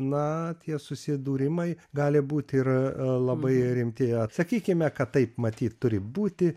na tie susidūrimai gali būt ir labai rimti atsakykime kad taip matyt turi būti